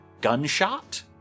gunshot